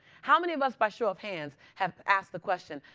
how many of us, by show of hands, have asked the question,